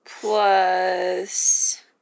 plus